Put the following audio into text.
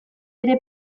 ere